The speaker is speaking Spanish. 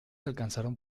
alcanzaron